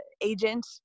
agent